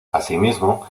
asimismo